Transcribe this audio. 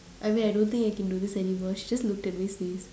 I mean I don't think I can do this anymore she just looked at me sneeze